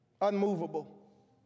unmovable